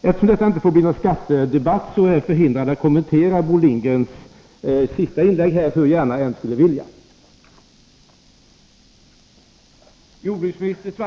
Eftersom detta inte får bli en skattedebatt, kan jag inte kommentera Bo Lundgrens senaste inlägg, hur gärna jag än skulle vilja.